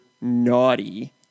naughty